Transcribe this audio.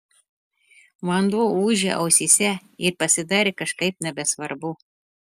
vanduo ūžė ausyse ir pasidarė kažkaip nebesvarbu